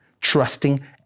trusting